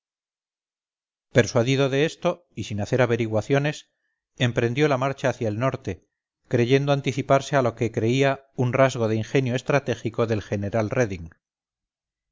persuadido de esto y sin hacer averiguaciones emprendió la marcha hacia el norte creyendo anticiparse a lo que creía un rasgo de ingenio estratégico del general reding